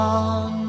on